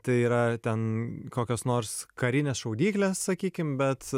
tai yra ten kokios nors karinės šaudyklės sakykim bet